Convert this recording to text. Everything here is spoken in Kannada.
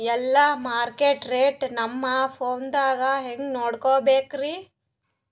ಎಲ್ಲಾ ಮಾರ್ಕಿಟ ರೇಟ್ ನಮ್ ಫೋನದಾಗ ಹೆಂಗ ನೋಡಕೋಬೇಕ್ರಿ?